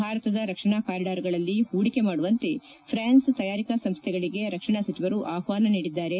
ಭಾರತದ ರಕ್ಷಣಾ ಕಾರಿಡಾರ್ಗಳಲ್ಲಿ ಹೂಡಿಕೆ ಮಾಡುವಂತೆ ಫ್ಲಾನ್ ತಯಾರಿಕಾ ಸಂಸ್ಥೆಗಳಿಗೆ ರಕ್ಷಣಾ ಸಚಿವರು ಆಹ್ವಾನ ನೀಡಿದ್ದಾರೆ